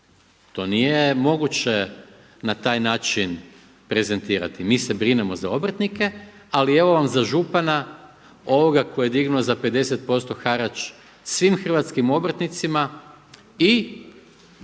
to nije moguće na taj način prezentirati. Mi se brinemo za obrtnike ali evo vam za župana ovoga koji je dignuo za 50% harač svim hrvatskim obrtnicima i